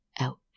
out